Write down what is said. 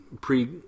pre